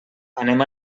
anem